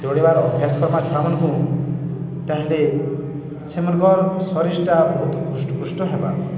ଦୌଡ଼ିବାର ଅଭ୍ୟାସ କରମା ଛୁଆମାନଙ୍କୁ ତାହେଲେ ସେମାନଙ୍କର ଶରୀରଟା ବହୁତ ହୃଷ୍ଟପୃଷ୍ଟ ହେବା